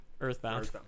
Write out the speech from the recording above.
earthbound